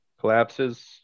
collapses